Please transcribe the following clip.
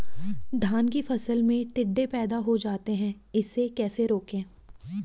धान की फसल में टिड्डे पैदा हो जाते हैं इसे कैसे रोकें?